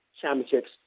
championships